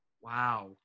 wow